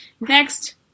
Next